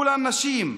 כולן נשים.